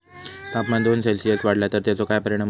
तापमान दोन सेल्सिअस वाढला तर तेचो काय परिणाम होता?